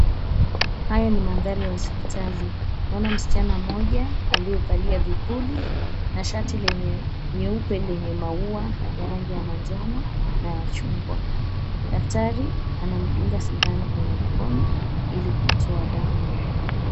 Haya ni mandhari ya hospitali, msichana mmoja aliyevalia vipuli na shati nyeupe lenye maua ya rangi ya manjano na ya chungwa. Daktari anamdunga sindano kwenye mkono, ili kumtoa damu.